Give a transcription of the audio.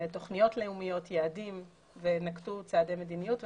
תוכניות לאומיות ויעדים ונקטו צעדי מדיניות.